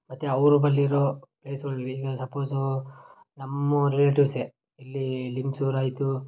ಮತ್ತು ಅವ್ರ ಬಳಿಯಿರೋ ಪ್ಲೇಸುಗಳ್ ಆಗಲೀ ಈಗ ಸಪೋಸು ನಮ್ಮ ರಿಲೇಟೀವ್ಸೆ ಇಲ್ಲಿ ಲಿಂಗಸೂರಾಯ್ತು